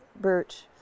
Birch